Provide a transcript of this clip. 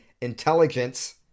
intelligence